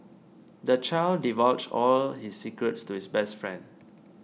the child divulged all his secrets to his best friend